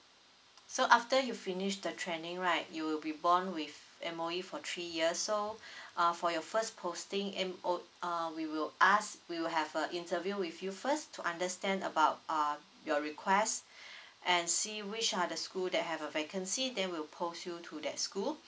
so after you finished the training right you will be bond with M_O_E for three years so uh for your first posting M_O um we will ask we will have a interview with you first to understand about uh your request and see which are the school that have a vacancy they will post you to that school